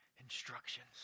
instructions